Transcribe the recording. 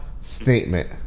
statement